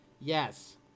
Yes